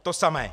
To samé.